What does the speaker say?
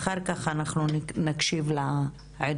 ואחר כך אנחנו נקשיב לעדויות.